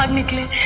um quickly.